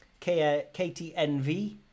KTNV